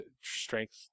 strength